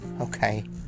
Okay